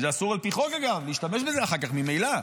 כשאסור על פי חוק להשתמש בזה אחר כך ממילא.